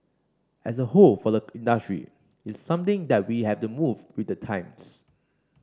as a whole for the industry it's something that we have to move with the times